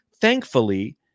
thankfully